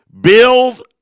Build